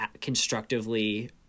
constructively